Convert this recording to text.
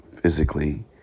physically